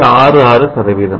66